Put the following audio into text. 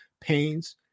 pains